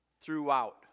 throughout